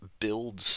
builds